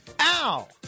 Ow